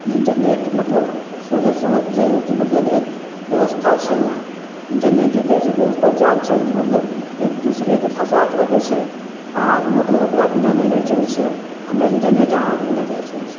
internet मतलब सोझे समझ जइयौ कि मतलब एक व्यवस्था छै इहाँ इन्टरनेट एक ऐसन व्यवस्था जाल छै जे मतलब एक दोसराके फँसा कऽ रखय छै अहाँ मतलब ओकरा बिना नहि रहि सकय छियै आओर ने इन्टरनेट अहाँके बिना रहि सकय छै